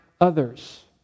others